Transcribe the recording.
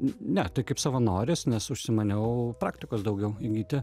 ne taip kaip savanoris nes užsimaniau praktikos daugiau įgyti